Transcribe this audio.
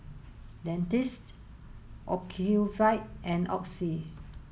Dentiste Ocuvite and Oxy